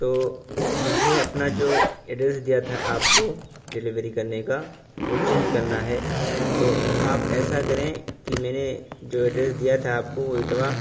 تو مجھے اپنا جو ایڈریس دیا تھا آپ کو ڈیلیوری کرنے کا وہ چینج کرنا ہے تو آپ ایسا کریں کہ میں نے جو ایڈریس دیا تھا آپ کو وہ اٹوا